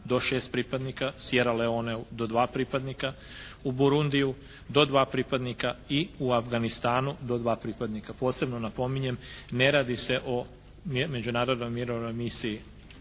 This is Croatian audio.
do 6 pripadnika, Sjeraleoneu do 2 pripadnika, u Burundiju do 2 pripadnika i u Afganistanu do 2 pripadnika. Posebno napominjem ne radi se o međunarodnoj mirovnoj